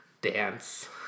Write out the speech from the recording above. dance